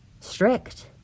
strict